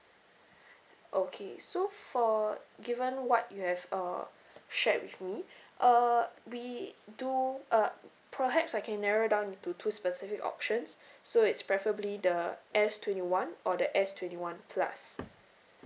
okay so for given what you have uh shared with me uh we do uh perhaps I can narrow it down into two specific options so it's preferably the S twenty one or the S twenty one plus